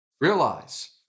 realize